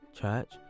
Church